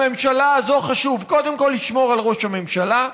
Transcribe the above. לממשלה הזאת חשוב קודם כול לשמור על ראש הממשלה,